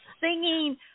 singing